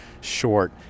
short